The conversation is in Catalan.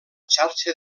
xarxa